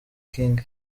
king